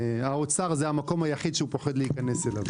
ועדת כספים היא המקום היחיד שהאוצר מפחד להיכנס אליה.